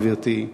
גברתי,